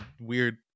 weird